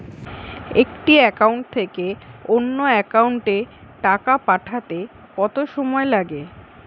একটি একাউন্ট থেকে অন্য একাউন্টে টাকা পাঠাতে কত সময় লাগে?